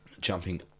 jumping